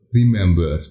remember